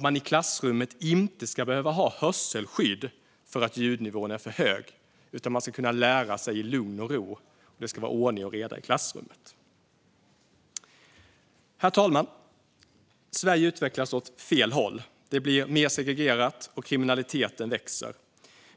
Man ska inte behöva ha hörselskydd i klassrummet för att ljudnivån är för hög. Man ska kunna lära sig i lugn och ro, och det ska vara ordning och reda i klassrummet. Herr talman! Sverige utvecklas åt fel håll. Det blir mer segregerat, och kriminaliteten växer.